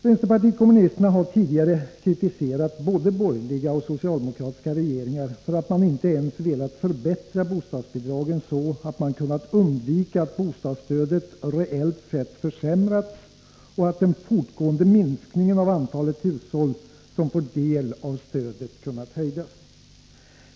Vänsterpartiet kommunisterna har tidigare kritiserat både borgerliga och socialdemokratiska regeringar för att de inte ens velat förbättra bostadsbidragen, så att man kunnat undvika att bostadsstödet reellt sett försämrats och så att den fortgående minskningen av antalet hushåll som får del av stödet kunnat hejdas.